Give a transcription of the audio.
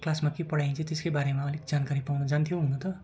क्लासमा के पढाइन्छ त्यसकै बारेमा अलिक जानकारी पाउन जान्थ्यौँ हुन त